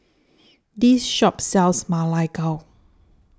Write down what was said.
This Shop sells Ma Lai Gao